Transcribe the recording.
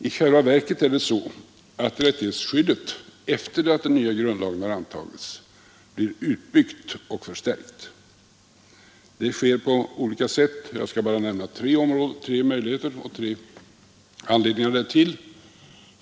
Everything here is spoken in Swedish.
I själva verket är det så att rättighetsskyddet efter det att den nya grundlagen har antagits blir utbyggt och förstärkt. Det sker på olika sätt. Jag skall bara nämna två anledningar därtill.